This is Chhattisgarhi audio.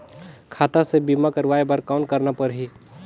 खाता से बीमा करवाय बर कौन करना परही?